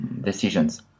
decisions